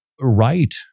right